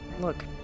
Look